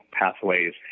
pathways